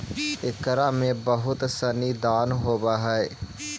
एकरा में बहुत सनी दान होवऽ हइ